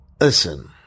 Listen